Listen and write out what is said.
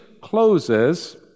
closes